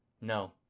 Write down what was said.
No